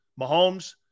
Mahomes